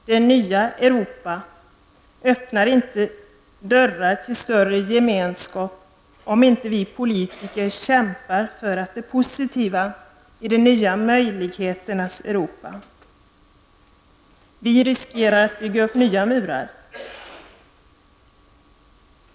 Det nya Europa öppnar inte dörrar till en större gemenskap, om inte vi politiker kämpar för det positiva i de nya möjligheternas Europa. Risken finns att nya murar byggs.